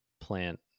plant